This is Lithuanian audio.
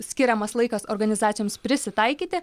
skiriamas laikas organizacijoms prisitaikyti